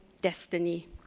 destiny